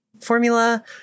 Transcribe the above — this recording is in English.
formula